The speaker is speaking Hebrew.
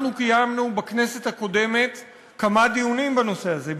אנחנו קיימנו בכנסת הקודמת כמה דיונים בנושא הזה,